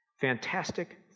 Fantastic